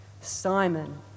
Simon